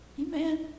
Amen